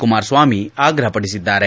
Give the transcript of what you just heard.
ಕುಮಾರಸ್ವಾಮಿ ಆಗ್ರಹ ಪಡಿಸಿದ್ದಾರೆ